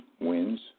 wins